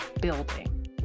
building